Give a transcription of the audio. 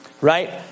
right